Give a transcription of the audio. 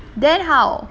then how